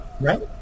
Right